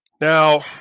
Now